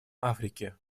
африки